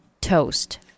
toast